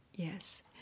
Yes